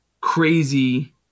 crazy